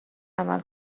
عمل